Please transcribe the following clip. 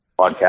Podcast